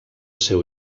seu